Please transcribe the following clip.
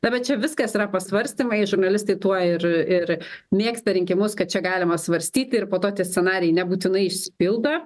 na bet čia viskas yra pasvarstymai žurnalistai tuo ir ir mėgsta rinkimus kad čia galima svarstyti ir po to tie scenarijai nebūtinai išsipildo